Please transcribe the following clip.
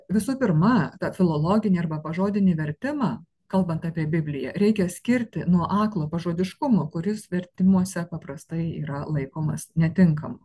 visų pirma tą filologinį arba pažodinį vertimą kalbant apie bibliją reikia skirti nuo aklo pažodiškumo kuris vertimuose paprastai yra laikomas netinkamu